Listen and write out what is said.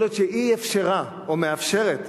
יכול להיות שהיא אפשרה או מאפשרת